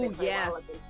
yes